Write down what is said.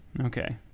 Okay